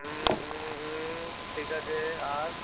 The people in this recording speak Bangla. হুম হুম হুম ঠিক আছে আর